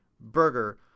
burger